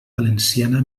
valenciana